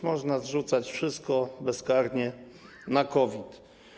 Można zrzucać wszystko bezkarnie na COVID.